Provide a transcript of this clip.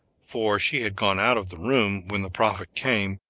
for she had gone out of the room when the prophet came.